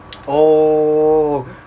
oh